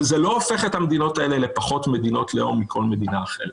וזה לא הופך את המדינות האלה לפחות מדינות לאום מכל מדינה אחרת.